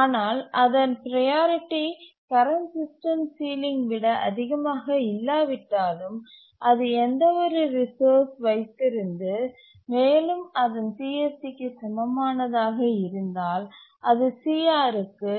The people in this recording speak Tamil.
ஆனால் அதன் ப்ரையாரிட்டி கரண்ட் சிஸ்டம் சீலிங் விட அதிகமாக இல்லாவிட்டாலும் அது எந்தவொரு ரிசோர்ஸ் வைத்திருந்து மேலும் அதன் CSC க்கு சமமானதாக இருந்தால் அது CRக்கு